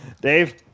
Dave